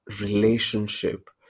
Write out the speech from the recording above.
relationship